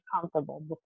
comfortable